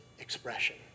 expression